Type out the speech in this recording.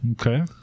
okay